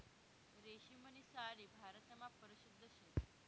रेशीमनी साडी भारतमा परशिद्ध शे